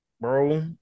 bro